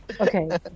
Okay